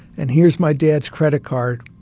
and here's my dad's credit card.